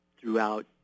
throughout